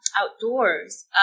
outdoors